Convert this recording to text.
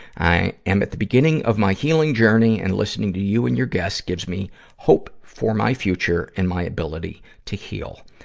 i am at the beginning of my healing journey, and listening to you and your guests gives me hope for my future and my ability to heal.